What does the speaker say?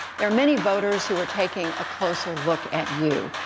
there are many voters who are taking a closer look at you,